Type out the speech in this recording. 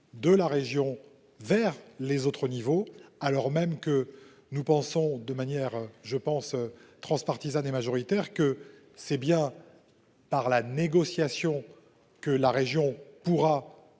de la région vers les autres niveaux, alors même que nous pensons de manière je pense transpartisane est majoritaire que c'est bien. Par la négociation que la région pourra